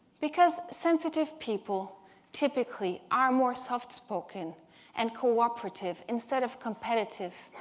because sensitive people typically are more soft spoken and co-operative instead of competitive,